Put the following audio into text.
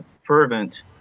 fervent